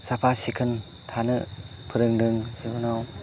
साफा सिखोन थानो फोरोंदों बिनि उनाव